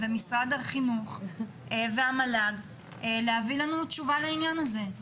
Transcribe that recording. של משרד החינוך ושל המל"ג להביא לנו תשובה לעניין הזה.